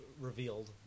revealed